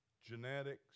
genetics